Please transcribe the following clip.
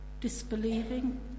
disbelieving